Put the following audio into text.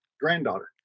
granddaughter